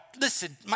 listen